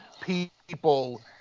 people